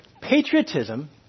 Patriotism